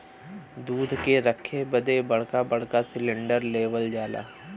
दूध के रखे बदे बड़का बड़का सिलेन्डर लेवल जाला